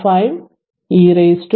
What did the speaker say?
5 e 2